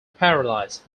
paradise